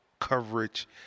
coverage